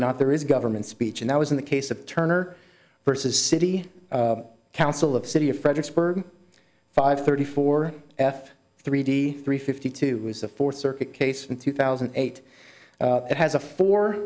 not there is a government speech and that was in the case of turner versus city council of the city of fredericksburg five thirty four f three d three fifty two was the fourth circuit case in two thousand and eight that has a four